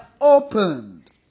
opened